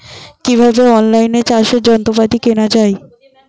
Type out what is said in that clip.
কিভাবে অন লাইনে চাষের যন্ত্রপাতি কেনা য়ায়?